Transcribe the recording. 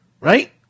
right